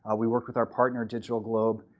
ah we worked with our partner digitalglobe.